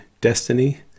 destiny